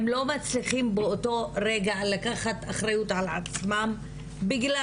הם לא מצליחים באותו רגע לקחת אחריות על עצמם בגלל